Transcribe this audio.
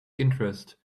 interest